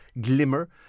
glimmer